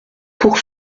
pour